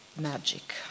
magic